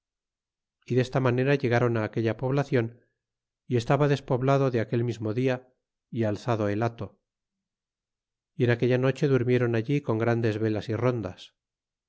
y desta manera llegron aquella poblacion y estaba despoblado de aquel mismo dia y alzado el hato y en aquella noche durmieron allí con grandes velas y rondas